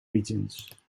regions